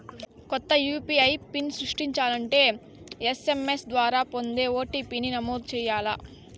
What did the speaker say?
కొత్త UPI PIN సృష్టించాలంటే SMS ద్వారా పొందే ఓ.టి.పి.ని నమోదు చేయాల్ల